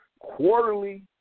quarterly